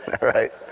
right